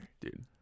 Dude